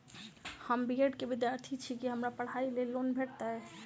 हम B Ed केँ विद्यार्थी छी, की हमरा पढ़ाई लेल लोन भेटतय?